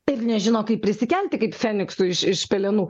ir nežino kaip prisikelti kaip feniksui iš pelenų